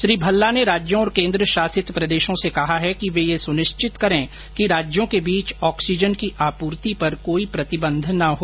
श्री भल्ला ने राज्यों और केन्द्र शासित प्रदेशों से कहा कि वे यह सुनिश्चित करें कि राज्यों के बीच ऑक्सीजन की आपूर्ति पर कोई प्रतिबंध न हो